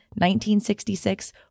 1966